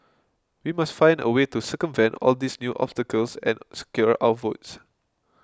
we must find a way to circumvent all these new obstacles and secure our votes